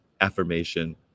affirmation